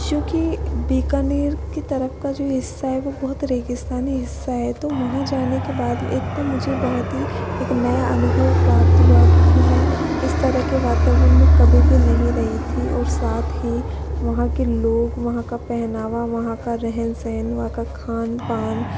चूंकि बीकानेर की तरफ का जो हिस्सा है वो बहुत रेगिस्तानी हिस्सा है तो वहाँ जाने के बाद एक तो मुझे बहुत ही एक नया अनुभव प्राप्त हुआ क्योंकि मैं इस तरह के वातावरण में कभी भी नहीं रही थी और साथ ही वहाँ के लोग वहाँ का पहनावा वहाँ का रहन सहन वहाँ का खान पान